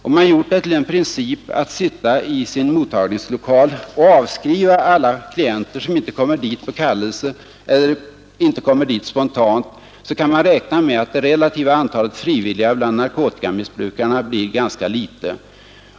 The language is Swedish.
Om man gjort det till en princip att sitta i sin mottagningslokal och avskriva alla klienter som inte kommer dit på kallelse eller inte kommer dit spontant, så kan man räkna med att det relativa antalet frivilliga bland narkotikamissbrukarna blir ganska litet.